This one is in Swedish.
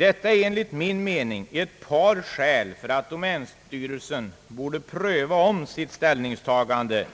Detta är enligt min mening ett par skäl för att domänstyrelsen borde ompröva sitt ställningstagande,